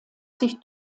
sich